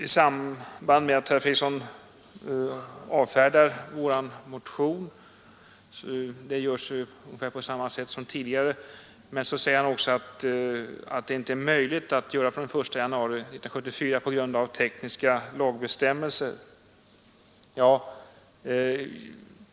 I samband med att herr Fredriksson avfärdar vår motion — det görs ungefär på samma sätt som tidigare — säger han att det inte är möjligt att sänka pensionsåldern från den 1 januari 1974 på grund av tekniska lagbestämmelser.